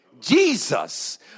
Jesus